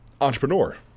entrepreneur